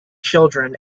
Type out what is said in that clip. children